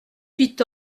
huit